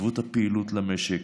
חשיבות הפעילות למשק,